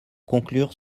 conclure